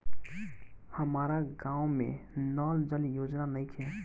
हमारा गाँव मे नल जल योजना नइखे?